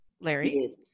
Larry